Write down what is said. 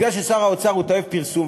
בגלל ששר האוצר הוא תאב פרסום,